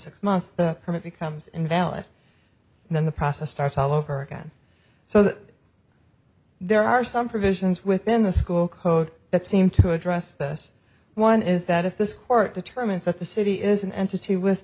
six months the permit becomes invalid and then the process starts all over again so that there are some provisions within the school code that seem to address this one is that if this court determines that the city is an entity with